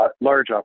large